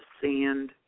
sand